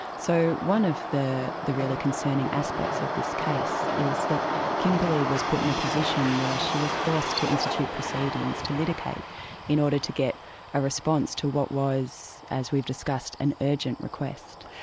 so one of the the really concerning aspects of this case is that kimberley was put in a position where she was forced to institute proceedings to litigate in order to get a response to what was, as we've discussed, an urgent request.